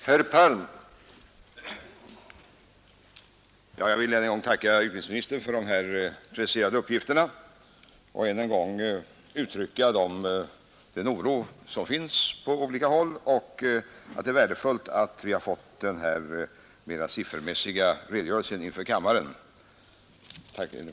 Herr talman! Jag tackar utbildningsministern för de preciserade uppgifterna. Samtidigt vill jag än en gång uttrycka den oro som finns på olika håll och understryka att det är värdefullt att vi har fått den här mera siffermässiga redogörelsen inför kammaren. Tack än en gång!